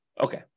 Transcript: Okay